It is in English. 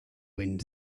wind